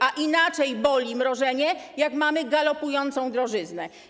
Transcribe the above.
A inaczej boli mrożenie, jak mamy galopującą drożyznę.